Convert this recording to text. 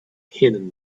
hidden